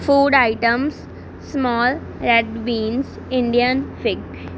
food items small red beans Indian fig